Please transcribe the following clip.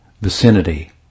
vicinity